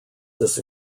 this